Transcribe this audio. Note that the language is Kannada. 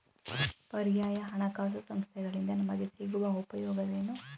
ಪರ್ಯಾಯ ಹಣಕಾಸು ಸಂಸ್ಥೆಗಳಿಂದ ನಮಗೆ ಸಿಗುವ ಉಪಯೋಗವೇನು?